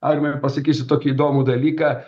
aurimai pasakysiu tokį įdomų dalyką